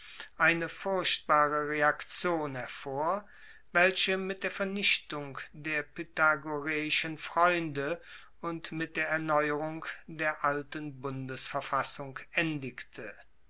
eine furchtbare reaktion hervor welche mit der vernichtung der pythagoreischen freunde und mit der erneuerung der alten bundesverfassung